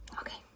Okay